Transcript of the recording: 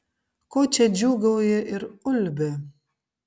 ko čia džiūgauji ir ulbi